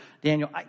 Daniel